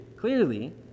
Clearly